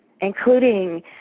including